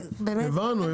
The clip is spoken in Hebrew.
חייבים -- הבנו.